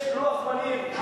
יש לוח זמנים?